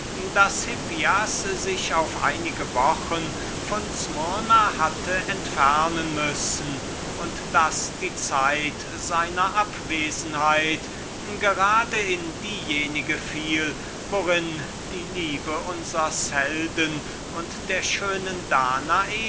daß hippias sich auf einiche wochen von smirna hatte entfernen müssen und daß die zeit seiner abwesenheit gerade in diejenige zeit fiel worin die liebe unsers helden und der schönen danae